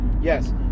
Yes